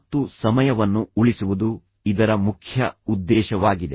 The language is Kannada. ಮತ್ತು ಸಮಯವನ್ನು ಉಳಿಸುವುದು ಇದರ ಮುಖ್ಯ ಉದ್ದೇಶವಾಗಿದೆ